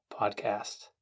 podcast